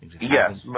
Yes